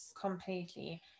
Completely